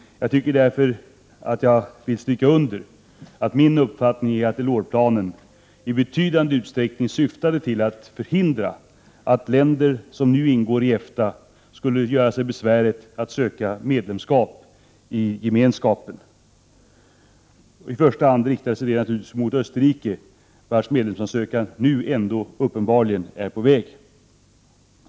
Jag tycker därför att jag vill stryka under att min uppfattning är att Delors-planen i betydande utsträckning syftade till att förhindra att länder som nu ingår i EFTA skulle göra sig besväret att söka medlemskap i gemenskapen. I första hand riktade sig naturligtvis detta mot Österrike, vars medlemsansökan nu ändå uppenbarligen är på väg.